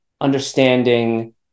understanding